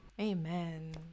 Amen